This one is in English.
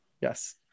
Yes